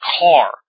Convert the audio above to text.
car